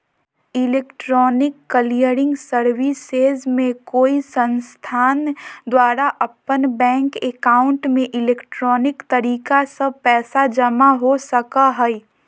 electronic clearing services में कोई संस्थान द्वारा अपन बैंक एकाउंट में इलेक्ट्रॉनिक तरीका स्व पैसा जमा हो सका हइ